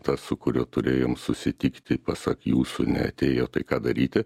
tas su kuriuo turėjom susitikti pasak jūsų neatėjo tai ką daryti